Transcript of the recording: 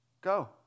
Go